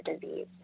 disease